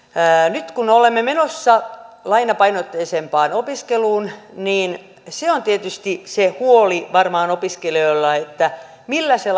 nyt kun olemme menossa lainapainotteisempaan opiskeluun niin se on tietysti se huoli varmaan opiskelijoilla että millä se